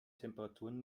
temperaturen